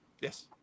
Yes